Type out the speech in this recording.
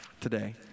today